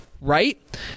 right